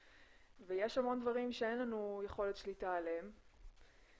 יש המון דברים שאין לנו יכולת שליטה עליהם בחיים,